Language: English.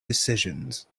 decisions